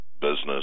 business